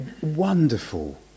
wonderful